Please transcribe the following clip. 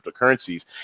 cryptocurrencies